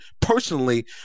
personally